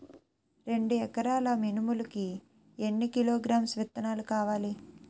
రెండు ఎకరాల మినుములు కి ఎన్ని కిలోగ్రామ్స్ విత్తనాలు కావలి?